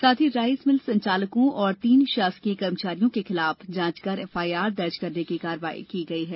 साथ ही rice mill संचालकों और तीन शासकीय कर्मचारियों के खिलाफ जांच कर एफआईआर दर्ज करने की कार्रवाई की गयी है